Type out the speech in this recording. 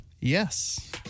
Yes